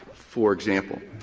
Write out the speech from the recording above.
for example,